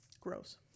gross